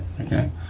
okay